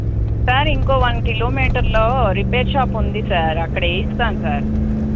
sir ఇంకో one కిలోమీటర్లో repair shop ఉంది సార్ అక్కడ వేయిస్తాను సార్